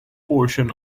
portion